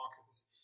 markets